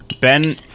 Ben